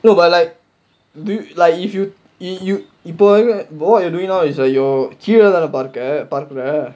no but like do like if you if you bu~ but what you are doing now இப்ப:ippa !aiyoyo! கீழ தானே பார்க்க பார்க்குற:keezha thanae paarkka paarkkura